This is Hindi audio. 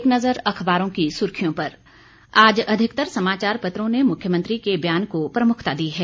अब एक नजर अखबारों की सुर्खियों पर आज अधिकतर समाचार पत्रों ने मुख्यमंत्री के बयान को प्रमुखता दी है